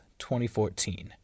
2014